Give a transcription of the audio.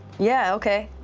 yeah, okay.